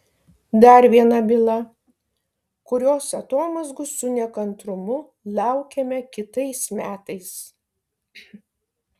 dar viena byla kurios atomazgų su nekantrumu laukiame kitais metais